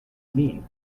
mean